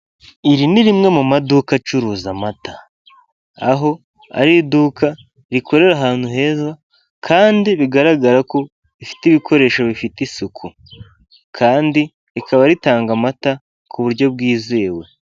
Iri ni rimwe mu maduka acuruza amata, aho ari iduka rikorera ahantu heza kandi bigaragara ko rifite ibikoresho bifite isuku, kandi rikaba ritanga amata ku buryo bwizewe.